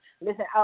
listen